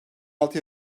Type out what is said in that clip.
altı